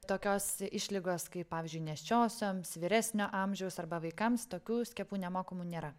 tokios išlygos kaip pavyzdžiui nėščiosioms vyresnio amžiaus arba vaikams tokių skiepų nemokamų nėra